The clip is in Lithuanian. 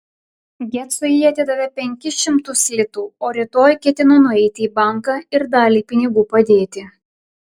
gecui ji atidavė penkis šimtus litų o rytoj ketino nueiti į banką ir dalį pinigų padėti